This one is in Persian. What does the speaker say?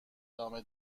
دامه